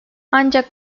ancak